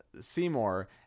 Seymour